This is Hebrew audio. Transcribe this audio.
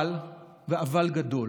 אבל, ואבל גדול,